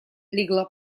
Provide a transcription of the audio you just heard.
легла